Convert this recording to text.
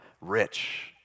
rich